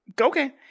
Okay